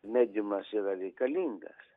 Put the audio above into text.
mediumas yra reikalingas